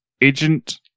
Agent